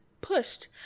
pushed